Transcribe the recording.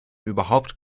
überhaupt